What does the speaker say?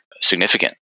significant